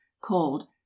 cold